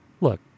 look